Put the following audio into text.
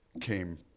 came